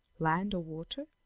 land or water,